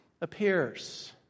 appears